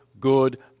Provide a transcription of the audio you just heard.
good